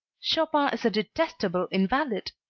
chopin is a detestable invalid,